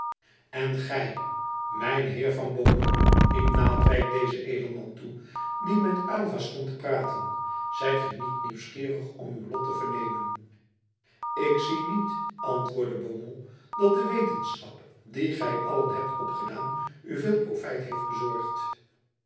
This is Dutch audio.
en gij mijn heer van beaumont riep naaldwijk dezen edelman toe die met aylva stond te praten zijt gij niet nieuwsgierig om uw lot te vernemen ik zie niet antwoordde beaumont dat de wetenschap die gij allen hebt opgedaan u veel profijt heeft bezorgd